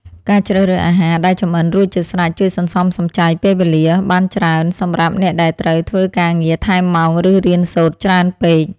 ការជ្រើសរើសអាហារដែលចម្អិនរួចជាស្រេចជួយសន្សំសំចៃពេលវេលាបានច្រើនសម្រាប់អ្នកដែលត្រូវធ្វើការងារថែមម៉ោងឬរៀនសូត្រច្រើនពេក។